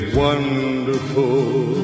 wonderful